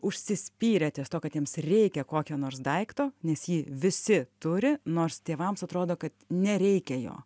užsispyrę ties tuo kad jiems reikia kokio nors daikto nes jį visi turi nors tėvams atrodo kad nereikia jo